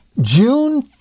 june